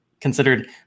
considered